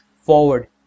forward